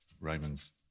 Raymond's